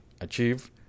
achieve